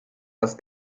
das